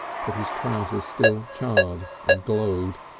but his trousers still charred and glowed.